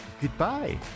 goodbye